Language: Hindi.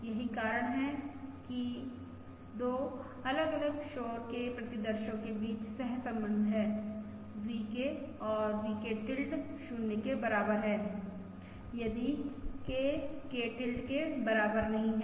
यही कारण है कि 2 अलग अलग शोर के प्रतिदर्शो के बीच सह संबंध है VK और VK टिल्ड 0 के बराबर है यदि K K टिल्ड के बराबर नही है